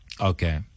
Okay